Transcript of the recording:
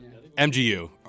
MGU